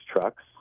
trucks